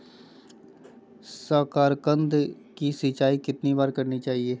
साकारकंद की सिंचाई कितनी बार करनी चाहिए?